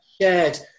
shared